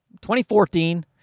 2014